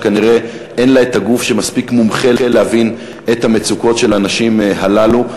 שכנראה אין לה גוף מספיק מומחה להבין את המצוקות של הנשים הללו.